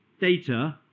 data